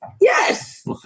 Yes